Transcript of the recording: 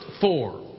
four